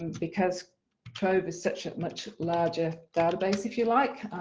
and because trove is such a much larger database if you like.